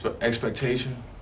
expectation